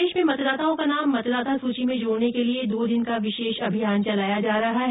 प्रदेश में मतदाताओं का नाम मतदाता सूची में जोडने के लिये दो दिन का विशेष अभियान चलाया जा रहा है